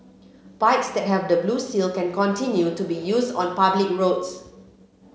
bikes that have the blue seal can continue to be used on public roads